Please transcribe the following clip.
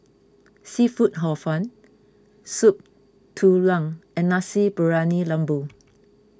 Seafood Hor Fun Soup Tulang and Nasi Briyani Lembu